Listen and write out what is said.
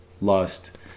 lust